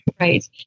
right